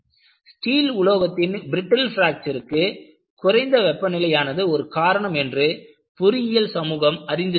steel உலோகத்தின் brittle பிராக்ச்சருக்கு குறைந்த வெப்பநிலையானது ஒரு காரணம் என்று பொறியியல் சமூகம் அறிந்திருக்கவில்லை